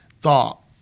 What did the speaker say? thought